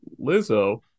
Lizzo